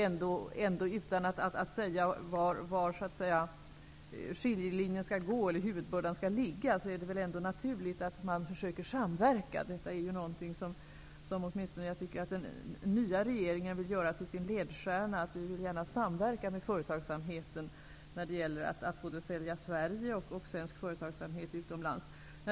Utan att säga var skiljelinjen skall gå eller var huvudbördan skall ligga är det ändå naturligt att man försöker samverka. Detta är ju något som jag tycker att åtminstone vi i nuvarande regering försöker att göra till vår ledstjärna. Vi vill gärna samverka med företagsamheten både när det gäller att sälja Sverige och när det gäller svensk företagsamhet utomlands.